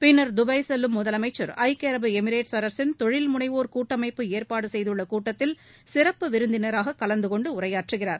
பின்னா் தபாய் செல்லும் முதலமைச்சா் ஐக்கிய அரபு எமிரேட்ஸ் அரசின் தொழில் முனைவோா் கூட்டமைப்பு ஏற்பாடு செய்துள்ள கூட்டத்தில் சிறப்பு விருந்தினராக கலந்து கொண்டு உரையாற்றுகிறார்